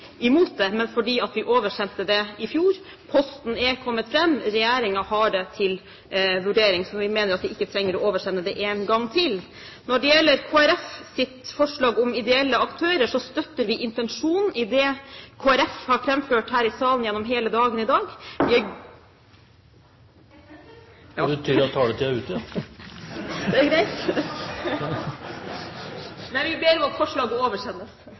imot, men fordi vi oversendte det i fjor. Posten har kommet fram. Regjeringen har det til vurdering. Så vi mener at vi ikke trenger å oversende det en gang til. Når det gjelder Kristelig Folkepartis forslag om ideelle aktører, støtter vi intensjonen i det Kristelig Folkeparti har framført i salen her gjennom hele dagen i dag … Det betyr at taletiden er ute. Det er greit. Vi ber om at forslaget oversendes.